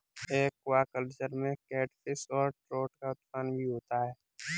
aquaculture में catfish और trout का उत्पादन भी होता है